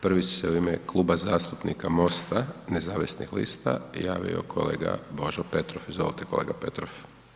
Prvi se u ime Kluba zastupnika MOST-a nezavisnih lista javio kolega Božo Petrov, izvolite kolega Petrov.